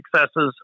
successes